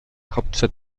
hauptstadt